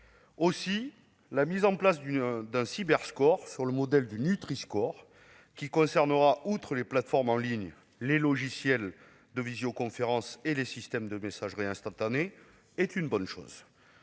Aussi, la mise en place d'un Cyber-score calqué sur le modèle du Nutri-score, qui concernera, outre les plateformes en ligne, les logiciels de visioconférence et les systèmes de messagerie instantanée, est une bonne chose.